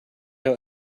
out